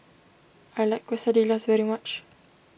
I like Quesadillas very much